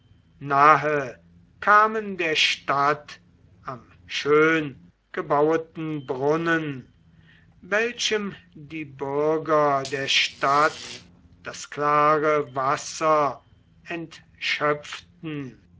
nahe kamen der stadt am schöngebaueten brunnen welchem die bürger der stadt das klare wasser